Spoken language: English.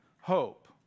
hope